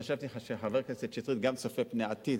חשבתי שחבר הכנסת שטרית גם צופה פני עתיד,